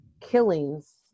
killings